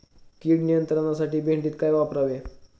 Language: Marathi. कीड नियंत्रणासाठी भेंडीत काय वापरावे?